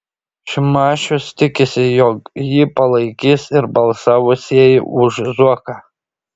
šimašius tikisi jog jį palaikys ir balsavusieji už zuoką